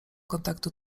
kontaktu